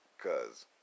cause